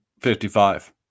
55